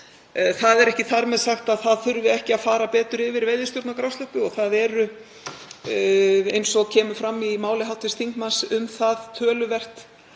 Það er ekki þar með sagt að það þurfi ekki að fara betur yfir veiðistjórn á grásleppu og um það eru, eins og kemur fram í máli hv. þingmanns, töluvert